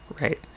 right